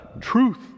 truth